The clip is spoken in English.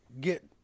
get –